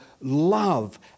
love